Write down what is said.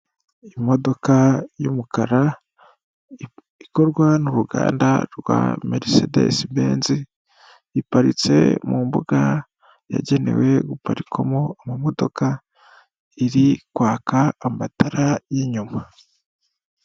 Imodoka y'umukara ikorwa n'uruganda rwa mercedes benz iparitse mu mbuga yagenewe guparikwamo amamodoka iri kwaka amatara y'inyuma.